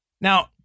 Now